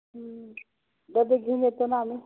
हं डबे घेऊन येतो ना आम्ही